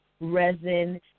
resin